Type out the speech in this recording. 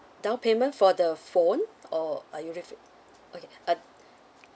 down payment for the phone or are you refer okay uh